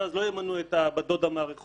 אז לא ימנו את בת הדודה מהרחוב,